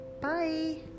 Bye